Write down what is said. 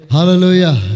Hallelujah